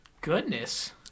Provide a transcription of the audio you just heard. Goodness